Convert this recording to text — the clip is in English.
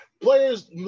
players –